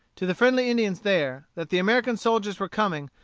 to the friendly indians there, that the american soldiers were coming,